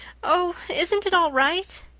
oh, isn't it all right?